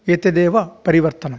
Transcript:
एतदेव परिवर्तनीयम्